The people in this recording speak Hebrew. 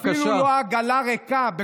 אתה אפילו לא עגלה ריקה.